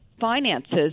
finances